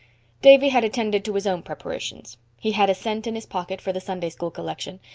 davy had attended to his own preparations. he had a cent in his pocket for the sunday school collection,